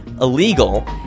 illegal